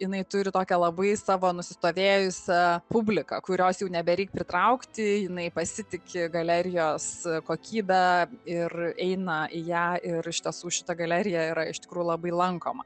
jinai turi tokią labai savo nusistovėjusią publiką kurios jau nebereik pritraukti jinai pasitiki galerijos kokybe ir eina į ją ir iš tiesų šita galerija yra iš tikrųjų labai lankoma